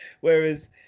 Whereas